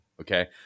okay